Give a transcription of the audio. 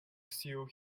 sue